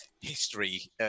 history